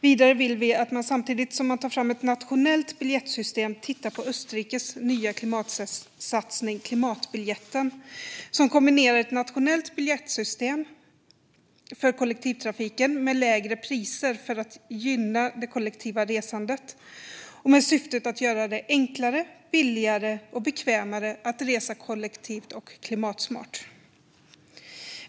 Vidare vill vi att man samtidigt som man tar fram ett nationellt biljettsystem tittar på Österrikes nya klimatsatsning klimatbiljetten, som kombinerar ett nationellt biljettsystem för kollektivtrafiken med lägre priser för att gynna det kollektiva resandet med syftet att göra det enklare, billigare och bekvämare att resa kollektivt och klimatsmart.